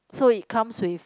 so it comes with